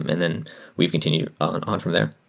um and then we ve continued on on from there.